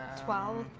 twelve,